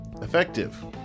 effective